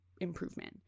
improvement